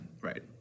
Right